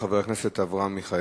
חבר הכנסת אברהם מיכאלי.